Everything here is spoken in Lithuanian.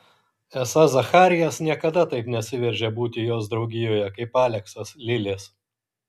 esą zacharijas niekada taip nesiveržia būti jos draugijoje kaip aleksas lilės